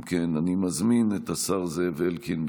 אם כן, אני מזמין את השר זאב אלקין.